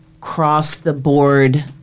cross-the-board